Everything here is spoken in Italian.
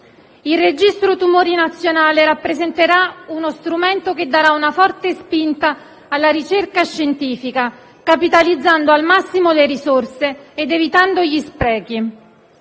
dei registri dei tumori rappresenterà uno strumento che darà una forte spinta alla ricerca scientifica, capitalizzando al massimo le risorse ed evitando gli sprechi.